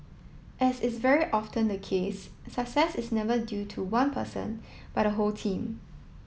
as is very often the case success is never due to one person but a whole team